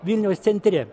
vilniaus centre